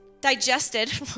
digested